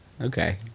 Okay